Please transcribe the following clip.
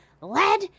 lead